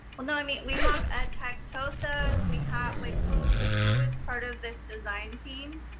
well, no, i mean, we have ah tech tosas. we have like, who, who is part of this design team?